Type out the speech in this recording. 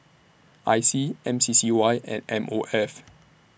I C M C C Y and M O F